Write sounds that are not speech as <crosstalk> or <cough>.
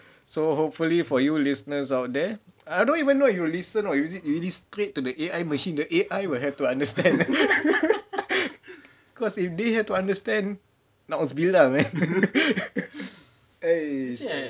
so hopefully for you listeners out there I don't even know if you will listen or use it straight to the A_I machine the A_I will have to understand <laughs> cause if they have to understand man eh